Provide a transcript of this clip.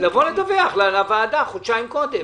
לבוא לדווח לוועדה חודשיים קודם.